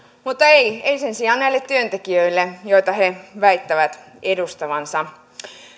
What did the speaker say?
mutta ei ei sen sijaan näille työntekijöille joita he väittävät edustavansa